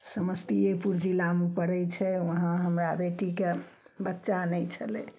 समसतीयेपुर जिलामे पड़ै छै वहाँ हमरा बेटीके बच्चा नहि छलै